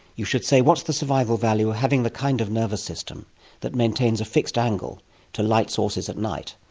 you should say, what's the survival value of having the kind of nervous system that maintains a fixed angle to light sources at night?